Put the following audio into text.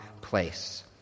place